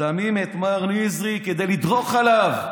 שמים את מר נזרי כדי לדרוך עליו.